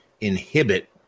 inhibit